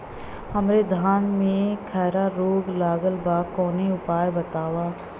हमरे धान में खैरा रोग लगल बा कवनो उपाय बतावा?